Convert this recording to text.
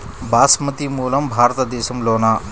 బాస్మతి మూలం భారతదేశంలోనా?